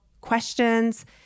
questions